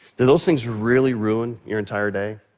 did those things really ruin your entire day?